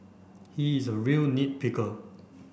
he is a real nit picker